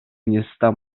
města